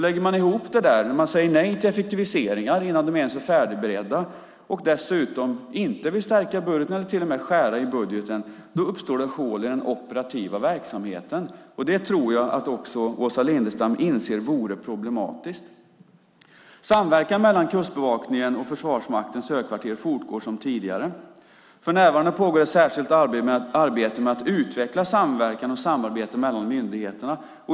Lägger vi ihop att man säger nej till effektiviseringar innan de ens är färdigberedda och dessutom inte vill stärka budgeten utan till och med skära i den uppstår det hål i den operativa verksamheten. Det tror jag att också Åsa Lindestam inser vore problematiskt. Samverkan mellan Kustbevakningen och Försvarsmaktens högkvarter fortgår som tidigare. För närvarande pågår ett särskilt arbete med att utveckla samverkan och samarbete mellan myndigheterna.